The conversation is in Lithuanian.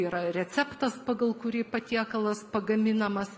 yra receptas pagal kurį patiekalas pagaminamas